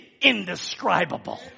indescribable